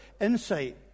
insight